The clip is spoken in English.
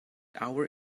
our